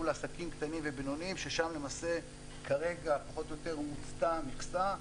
לעסקים קטנים ובינוניים ששם למעשה כרגע פחות או יותר מוצתה המכסה.